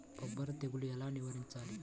బొబ్బర తెగులు ఎలా నివారించాలి?